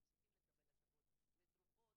הם מפסיקים לקבל הטבות לתרופות,